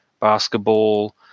basketball